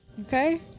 Okay